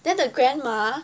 then the grandma